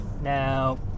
Now